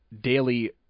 daily